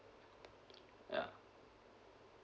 ya